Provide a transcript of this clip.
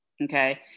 Okay